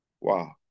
wow